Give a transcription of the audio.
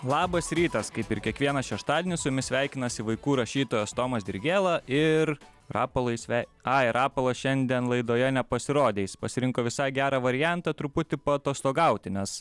labas rytas kaip ir kiekvieną šeštadienį su jumis sveikinasi vaikų rašytojas tomas dirgėla ir rapolai svei ai rapolas šiandien laidoje nepasirodė jis pasirinko visai gerą variantą truputį paatostogauti nes